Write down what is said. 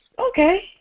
okay